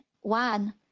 One